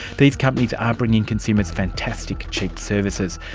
these companies are bringing consumers fantastic, cheap services.